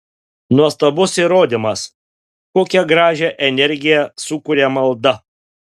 nuostabus įrodymas kokią gražią energiją sukuria malda